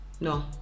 No